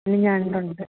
പിന്നെ ഞണ്ടുണ്ട്